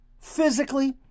physically